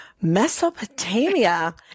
Mesopotamia